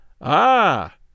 Ah